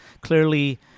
Clearly